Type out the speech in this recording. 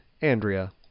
Andrea